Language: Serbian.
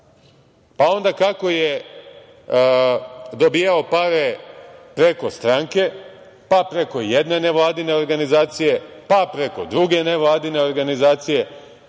pa onda kako je dobijao pare preko stranke, pa preko jedne nevladine organizacije, pa preko druge nevladine organizacije,